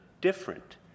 different